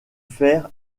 faire